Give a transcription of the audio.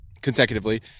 consecutively